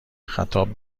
خطاب